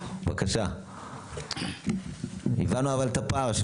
שמענו שני בתי חולים,